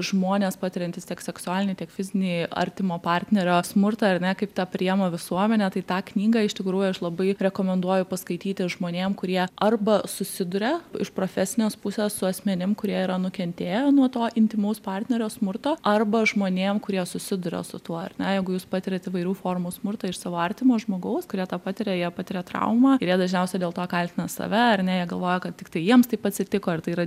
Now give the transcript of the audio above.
žmonės patiriantys tiek seksualinį tiek fizinį artimo partnerio smurtą ar ne kaip tą priima visuomenė tai tą knygą iš tikrųjų aš labai rekomenduoju paskaityti žmonėm kurie arba susiduria iš profesinės pusės su asmenim kurie yra nukentėję nuo to intymaus partnerio smurto arba žmonėm kurie susiduria su tuo ar ne jeigu jūs patiriat įvairių formų smurtą iš savo artimo žmogaus kurie tą patiria jie patiria traumą ir jie dažniausiai dėl to kaltina save ar ne jie galvoja kad tiktai jiems taip atsitiko ir tai yra